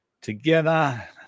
together